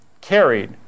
carried